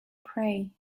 pray